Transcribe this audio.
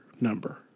number